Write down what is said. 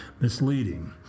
misleading